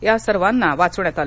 या सर्वांना वाचवण्यात आलं